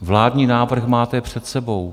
Vládní návrh máte před sebou.